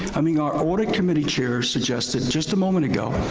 i mean, our audit committee chair suggested, just a moment ago,